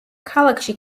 ქალაქში